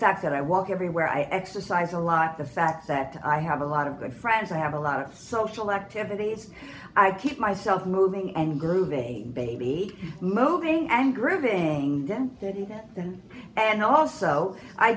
fact that i walk everywhere i exercise a lot the fact that i have a lot of good friends i have a lot of social activities i keep myself moving and grooving baby moving and groov